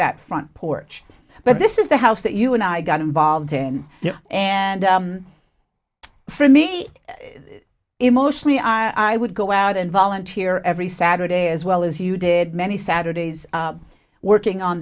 that front porch but this is the house that you and i got involved in and for me emotionally i would go out and volunteer every saturday as well as you did many saturdays working on